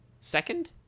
second